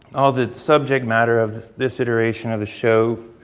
all the subject matter of this iteration of the show